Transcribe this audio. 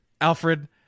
Alfred